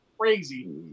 crazy